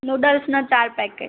નૂડલ્સના ચાર પૅકેટ